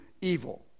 evil